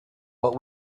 but